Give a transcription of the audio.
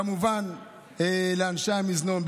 כמובן לאנשי המזנון,